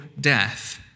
death